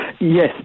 Yes